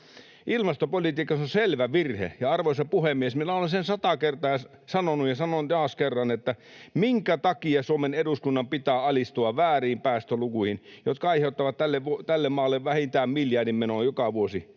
Ilmastopolitiikassa on selvä virhe. Arvoisa puhemies! Minä olen sen sata kertaa sanonut ja sanon taas kerran, että minkä takia Suomen eduskunnan pitää alistua vääriin päästölukuihin, jotka aiheuttavat tälle maalle vähintään miljardin menoja joka vuosi.